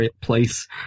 place